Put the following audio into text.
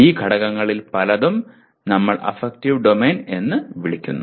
ഈ ഘടകങ്ങളിൽ പലതും ഞങ്ങൾ അഫക്റ്റീവ് ഡൊമെയ്ൻ എന്ന് വിളിക്കുന്നു